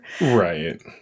Right